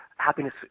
Happiness